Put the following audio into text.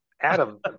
Adam